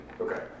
Okay